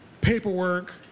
paperwork